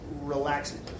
relaxing